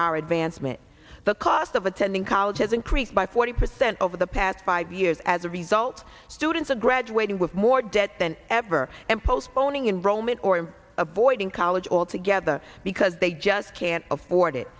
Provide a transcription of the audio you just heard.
our advancement the cost of attending college has increased by forty percent over the past five years as a result students are graduating with more debt than ever and postponing enviroment or him a boy in college all together because they just can't afford it